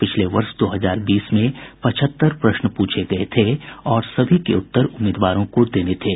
पिछले वर्ष दो हजार बीस में पचहत्तर प्रश्न पूछे गए थे और सभी के उत्तर उम्मीदवारों को देने थे